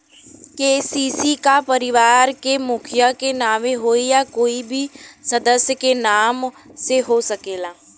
KCC का परिवार के मुखिया के नावे होई या कोई भी सदस्य के नाव से हो सकेला?